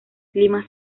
clima